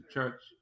Church